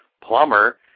plumber